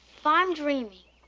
if i'm dreaming,